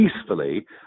peacefully